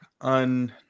un